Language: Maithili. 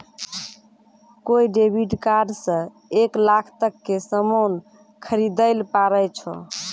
कोय डेबिट कार्ड से एक लाख तक के सामान खरीदैल पारै छो